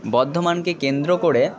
বর্ধমানকে কেন্দ্র করে